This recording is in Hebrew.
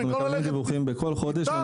במקום ללכת --- אנחנו מקבלים דיווחים בכל חודש,